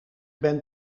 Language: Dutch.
ben